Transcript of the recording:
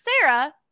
sarah